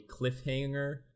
cliffhanger